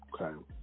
Okay